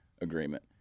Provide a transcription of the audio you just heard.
agreement